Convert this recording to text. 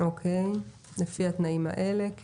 אוקיי, "לפי התנאים האלה".